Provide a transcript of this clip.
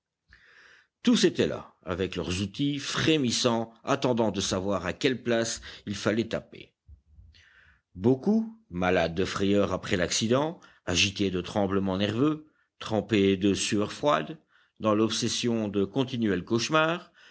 tous étaient là avec leurs outils frémissant attendant de savoir à quelle place il fallait taper beaucoup malades de frayeur après l'accident agités de tremblements nerveux trempés de sueurs froides dans l'obsession de continuels cauchemars